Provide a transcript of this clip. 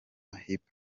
hip